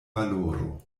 valoro